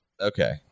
Okay